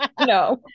No